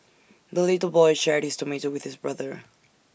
the little boy shared his tomato with his brother